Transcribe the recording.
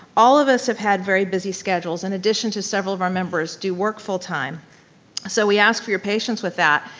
all of us have had very busy schedules, in addition to several of our members do work full time so we ask for your patience with that.